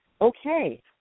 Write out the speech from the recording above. okay